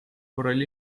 korral